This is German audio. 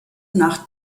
nach